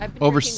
Over